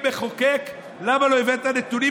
כמחוקק: למה לא הבאת נתונים,